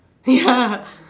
ya